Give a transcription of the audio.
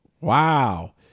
Wow